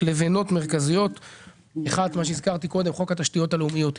מרכזיות - אחת מהן היא חוק התשתיות הלאומיות.